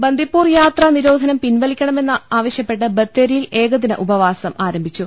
ബന്ദിപ്പൂർ യാത്രാ നിരോധനം പിൻവലിക്കണമെന്നാവശൃപ്പെട്ട് ബത്തേരിയിൽ ഏകദിന ഉപവാസം ആരംഭിച്ചു